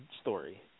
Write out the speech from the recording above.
story